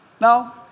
now